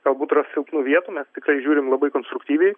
galbūt yra silpnų vietų mes tikrai žiūrim labai konstruktyviai